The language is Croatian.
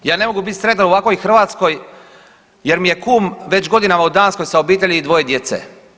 Ja ne mogu bit sretan u ovakvoj Hrvatskoj jer mi je kum već godinama u Danskoj sa obitelji i dvoje djece.